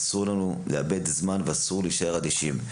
אסור לנו לאבד זמן ואסור להישאר אדישים.